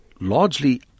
largely